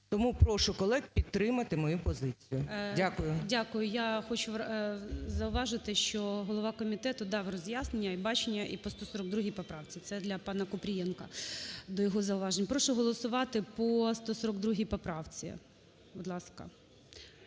Тому прошу колег підтримати мою позицію. Дякую. ГОЛОВУЮЧИЙ. Дякую. Я хочу зауважити, що голова комітету дав роз'яснення і бачення і по 142 поправці, це для пана Купрієнка, до його зауважень. Прошу голосувати по 142 поправці, будь ласка.